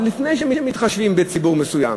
לפני שמתחשבים בציבור מסוים,